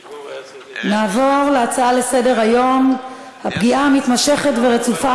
נעבור להצעות לסדר-היום בנושא: פגיעה מתמשכת ורצופה